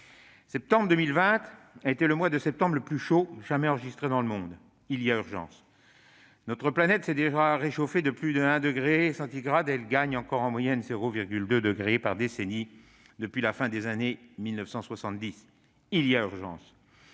Septembre 2020 a été le mois de septembre le plus chaud jamais enregistré dans le monde ; il y a urgence. Le climat de notre planète s'est déjà réchauffé de plus de 1 degré et il gagne encore, en moyenne, 0,2 degré par décennie depuis la fin des années 1970 ; il y a urgence.